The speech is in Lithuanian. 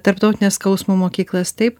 tarptautines skausmo mokyklas taip